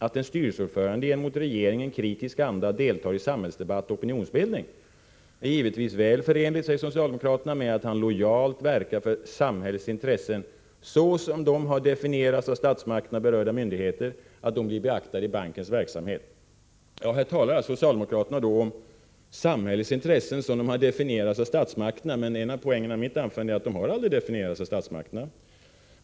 Att en styrelseordförande i en mot regeringen kritisk anda deltar i samhällsdebatt och opinionsbildning är givetvis väl förenligt med att han lojalt verkar för att samhällets intressen, såsom de har definierats av statsmakterna och berörda myndigheter, blir beaktade i bankens verksamhet.” Här talar socialdemokraterna alltså om ”samhällets intressen, såsom de har definierats av statsmakterna”, men en av poängerna med mitt anförande är att de aldrig har definierats av statsmakterna.